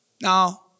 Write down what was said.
Now